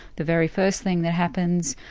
the very first thing that happens,